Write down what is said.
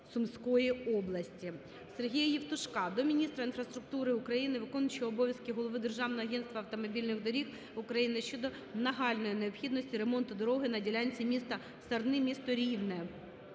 Сергія Євтушка до міністра інфраструктури України, виконуючого обов'язки голови Державного агентства автомобільних доріг України щодо нагальної необхідності ремонту дороги на ділянці місто Сарни - місто Рівне.